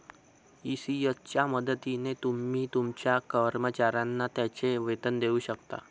ECS च्या मदतीने तुम्ही तुमच्या कर्मचाऱ्यांना त्यांचे वेतन देऊ शकता